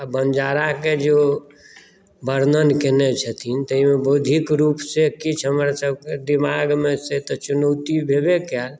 बनिजाराकेँ जे ओ वर्णन केयने छथिन ताहिमे बौद्धिक रुपसे किछु हमर सभकेँ दिमागमे से तऽ चुनौती भेवे कयल